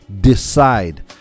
Decide